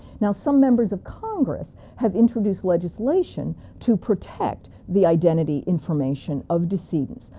now some members of congress have introduced legislation to protect the identity information of decedents,